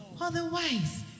Otherwise